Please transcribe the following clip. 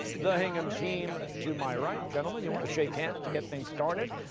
the hingham team to my right. gentlemen, you want to shake hands to get things started?